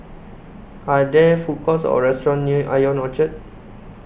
Are There Food Courts Or restaurants near Ion Orchard